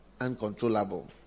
uncontrollable